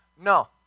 No